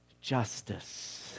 justice